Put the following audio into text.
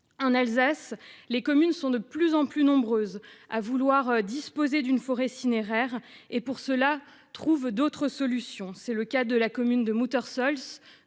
En Alsace, les communes sont de plus en plus nombreuses à vouloir disposer d'une forêt cinéraire et trouvent, à cette fin, d'autres solutions. C'est le cas de la commune de Muttersholtz,